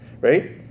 right